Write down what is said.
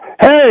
Hey